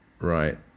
Right